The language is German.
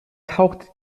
tauchte